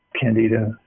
Candida